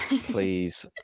Please